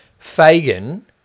Fagan